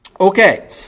Okay